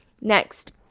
Next